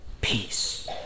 peace